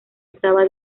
estaba